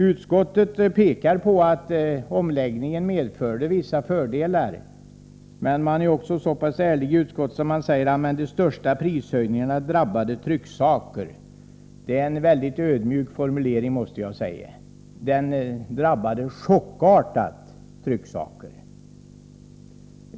Utskottet pekar på att omläggningen medförde vissa fördelar, men man är också så ärlig att man säger att de största prishöjningarna drabbade trycksaker. Det tycker jag är en mycket ”ödmjuk” formulering. Höjningen drabbade trycksaker på ett chockartat sätt.